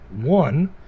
one